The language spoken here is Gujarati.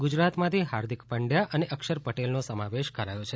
ગુજરાતમાંથી હાર્દિક પંડ્યા અને અક્ષર પટેલનો સમાવેશ કરાયો છે